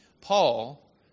Paul